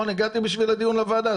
הגעתי לדיון בוועדה,